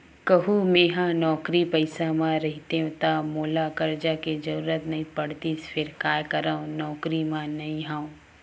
कहूँ मेंहा नौकरी पइसा म रहितेंव ता मोला करजा के जरुरत नइ पड़तिस फेर काय करव नउकरी म नइ हंव